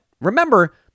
remember